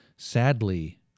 sadly